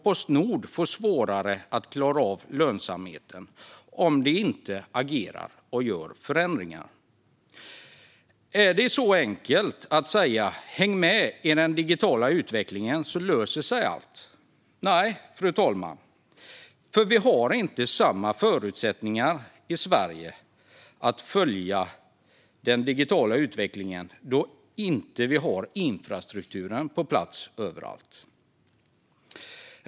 Postnord får svårare att klara lönsamheten om man inte agerar och gör förändringar. Häng med i den digitala utvecklingen, så löser sig allt! Är det så enkelt? Nej, fru talman. Vi har inte samma förutsättningar att följa den digitala utvecklingen överallt i Sverige, då vi inte har infrastrukturen på plats överallt.